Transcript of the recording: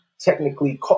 technically